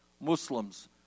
Muslims